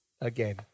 again